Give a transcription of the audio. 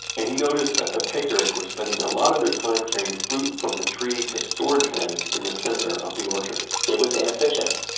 and he noticed that the pickers were spending a lot of time carrying fruit from the trees to storage bins in the center of the orchard. it was inefficient.